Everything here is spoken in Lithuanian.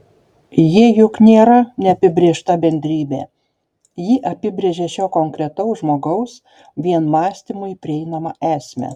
ji juk nėra neapibrėžta bendrybė ji apibrėžia šio konkretaus žmogaus vien mąstymui prieinamą esmę